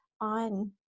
on